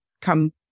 come